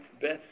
Best